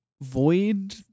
void